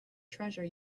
treasure